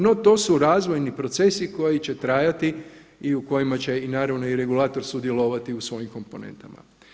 No to su razvojni procesi koji će trajati i u kojima će i naravno regulator sudjelovati u svojim komponentama.